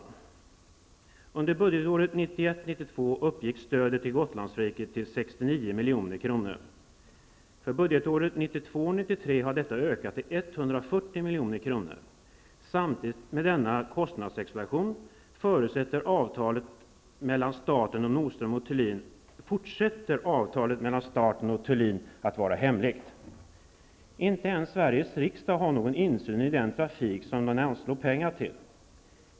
Under budgetåret 1991 93 har detta ökat till 140 milj.kr. Avtalet mellan staten och Nordström & Thulin fortsätter samtidigt med denna kostnadsexplosion att vara hemligt. Inte ens Sveriges riksdag har någon insyn i den trafik som man anslår pengar till.